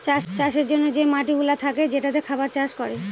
চাষের জন্যে যে মাটিগুলা থাকে যেটাতে খাবার চাষ করে